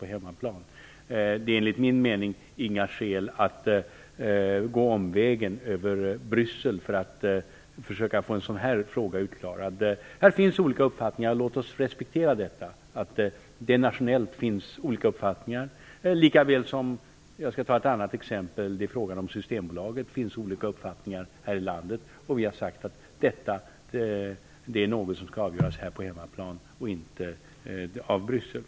Det finns enligt min mening inga skäl att gå omvägen över Bryssel för att försöka klara ut en sådan här fråga. Det finns olika uppfattningar nationellt. Låt oss respektera att det finns det i denna fråga lika väl som det finns olika uppfattningar här i landet om Systembolaget! Vi har sagt att detta är något som skall avgöras på hemmaplan och inte i Bryssel.